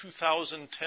2010